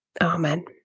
Amen